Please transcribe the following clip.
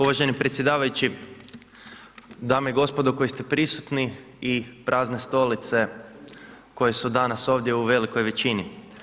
Uvaženi predsjedavajući, dame i gospodo koji ste prisutni i prazne stolice koje su danas ovdje u velikoj većini.